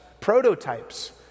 prototypes